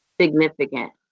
significant